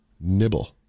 Nibble